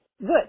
good